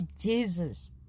Jesus